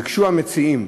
ביקשו המציעים,